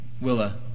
Willa